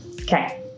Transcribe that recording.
Okay